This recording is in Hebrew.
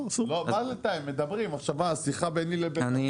מדברים, שיחה ביני לבין?